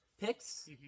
picks